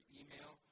email